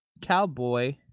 cowboy